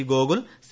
പ് ഗോകുൽ സി